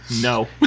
no